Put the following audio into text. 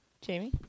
Jamie